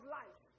life